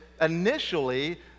initially